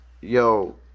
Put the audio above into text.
Yo